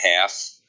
half